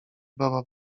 baba